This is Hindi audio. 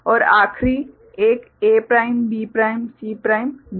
और आखिरी एक A prime B prime C prime D